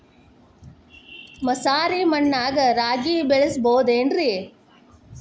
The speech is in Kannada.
ಮಸಾರಿ ಮಣ್ಣಾಗ ರಾಗಿ ಬೆಳಿಬೊದೇನ್ರೇ?